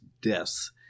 deaths